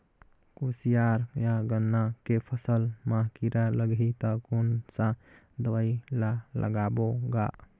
कोशियार या गन्ना के फसल मा कीरा लगही ता कौन सा दवाई ला लगाबो गा?